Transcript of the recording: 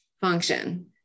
function